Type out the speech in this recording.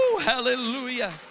hallelujah